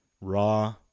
raw